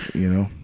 you know?